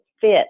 fit